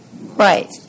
Right